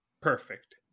perfect